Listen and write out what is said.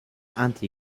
anti